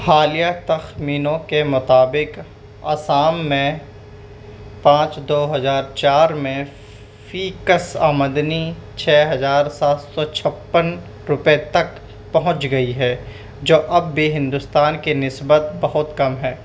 حالیہ تخمینوں کے مطابق آسام میں پانچ دو ہزار چار میں میں فی کس آمدنی چھ ہزار سات سو چھپن روپئے تک پہنچ گئی ہے جو اب بھی ہندوستان کی نسبت بہت کم ہے